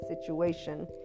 situation